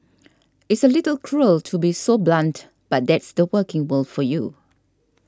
it's a little cruel to be so blunt but that's the working world for you